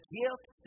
gift